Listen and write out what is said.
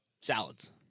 salads